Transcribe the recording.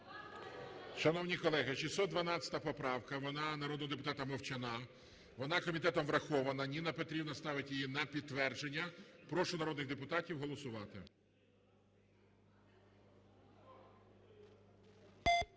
Шановні колеги, 612 поправка, вона народного депутата Мовчана. Вона комітетом врахована. Ніна Петрівна ставить її на підтвердження. Прошу народних депутатів голосувати.